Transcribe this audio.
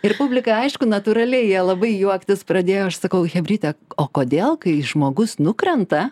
ir publika aišku natūraliai jie labai juoktis pradėjo aš sakau chebryte o kodėl kai žmogus nukrenta